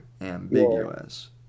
ambiguous